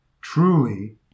truly